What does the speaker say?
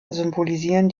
symbolisieren